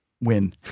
Win